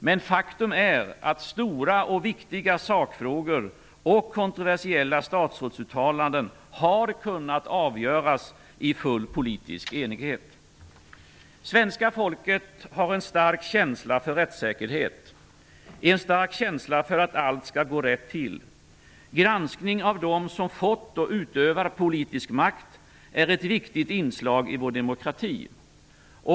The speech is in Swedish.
Men faktum är att stora och viktiga sakfrågor och kontroversiella statsrådsuttalanden har kunnat avgöras i full politisk enighet. Svenska folket har en stark känsla för rättssäkerhet; en stark känsla för att allt skall gå rätt till. Granskning av dem som fått och utövar politisk makt är ett viktigt inslag i vår demokrati.